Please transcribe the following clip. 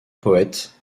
poète